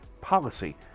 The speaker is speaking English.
policy